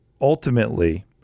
ultimately